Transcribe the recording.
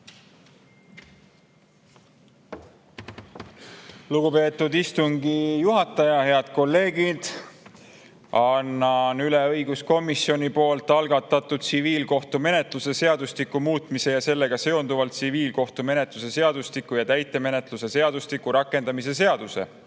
Lugupeetud istungi juhataja! Head kolleegid! Annan üle õiguskomisjoni algatatud tsiviilkohtumenetluse seadustiku muutmise ja sellega seonduvalt tsiviilkohtumenetluse seadustiku ja täitemenetluse seadustiku rakendamise seaduse